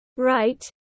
Right